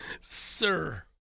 Sir